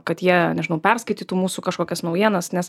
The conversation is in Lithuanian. kad jie nežinau perskaitytų mūsų kažkokias naujienas nes